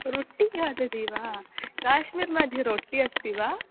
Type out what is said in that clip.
रोट्टि खादति वा काश्मीर् मध्ये रोट्टि अस्ति वा